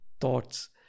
thoughts